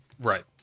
Right